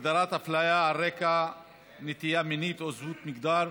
הגדרת הפליה על רקע נטייה מינית או זהות מגדר),